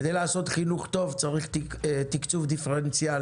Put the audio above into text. כדי לעשות חינוך טוב, צריך תקצוב דיפרנציאלי.